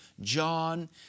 John